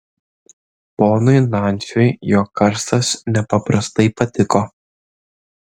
ponui nansiui jo karstas nepaprastai patiko